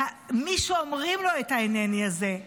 מי שאומרים לו את ה"הינני" הזה,